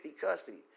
custody